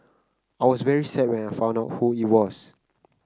I was very sad when I found out who it was